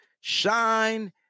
shine